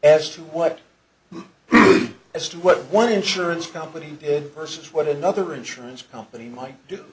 as to what as to what one insurance company did versus what another insurance company might do